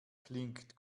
klingt